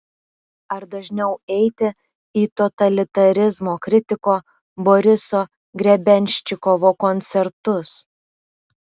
ar dažniau eiti į totalitarizmo kritiko boriso grebenščikovo koncertus